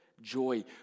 joy